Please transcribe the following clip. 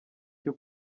cyo